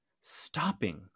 stopping